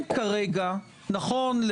גלעד, בבקשה, אף אחד לא הפריע לך עכשיו, נכון?